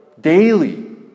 daily